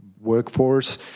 workforce